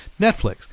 Netflix